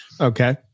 Okay